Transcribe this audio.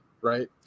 right